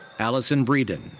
alison breden,